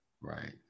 Right